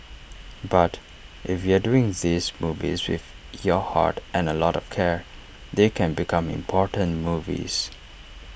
but if you're doing these movies with your heart and A lot of care they can become important movies